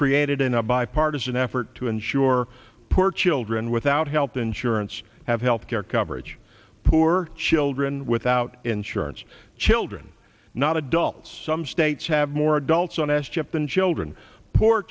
created in a bipartisan effort to ensure poor children without health insurance have health care coverage poor children without insurance children not adults some states have more adults on s chip than children poor